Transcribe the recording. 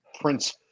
Prince